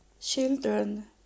children